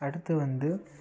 அடுத்து வந்து